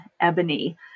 ebony